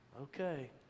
Okay